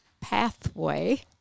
pathway